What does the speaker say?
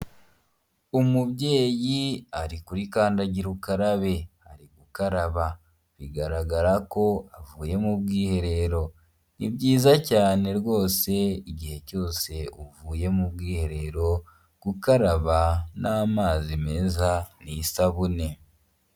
Umubyeyi ari kuri kandagirukarabe ari gukaraba, bigaragara ko avuye mu bwiherero. Ni byiza cyane rwose igihe cyose uvuye mu bwiherero gukaraba n'amazi meza n'isabune.